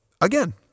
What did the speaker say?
again